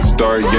Start